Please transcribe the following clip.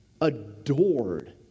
adored